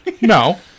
No